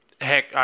Heck